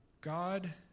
God